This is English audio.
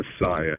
Messiah